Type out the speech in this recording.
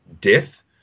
Death